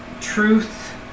truth